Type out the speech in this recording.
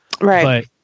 Right